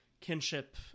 kinship